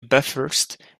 bathurst